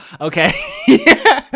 Okay